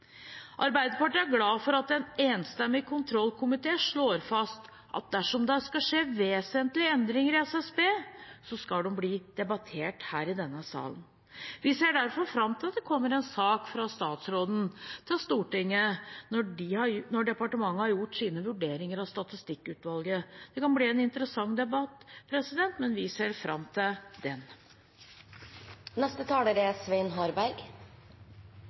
Arbeiderpartiet er glad for at en enstemmig kontrollkomité slår fast at dersom det skal skje vesentlige endringer i SSB, skal de bli debattert i denne salen. Vi ser derfor fram til at det kommer en sak fra statsråden til Stortinget når departementet har gjort sine vurderinger av Statistikklovutvalgets rapport. Det kan bli en interessant debatt – vi ser fram til den. Høyres syn i saken er